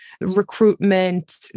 recruitment